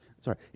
Sorry